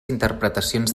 interpretacions